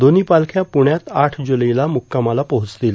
दोव्ही पालख्या पुण्यात आठ जुलैला मुक्कामाला पोहोचतील